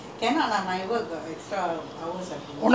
okay six lah very most give nine to six lah